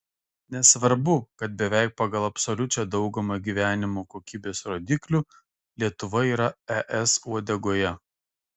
nesvarbu kad beveik pagal absoliučią daugumą gyvenimo kokybės rodiklių lietuva yra es uodegoje